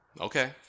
okay